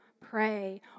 pray